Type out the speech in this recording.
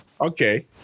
okay